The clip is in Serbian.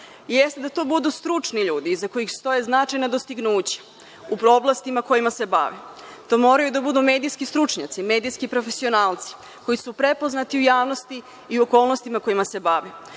jeste da to budu stručni ljudi, iza kojih stoje značajna dostignuća u oblastima u kojima se bave. To moraju da budu medijski stručnjaci, medijski profesionalci koji su prepoznati u javnosti i u okolnostima kojima se bave.